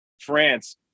France